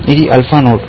ఇది alpha node